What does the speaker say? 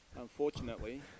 Unfortunately